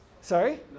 sorry